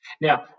Now